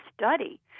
study